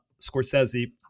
Scorsese